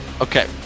Okay